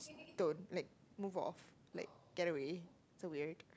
don't like move off like get away so weird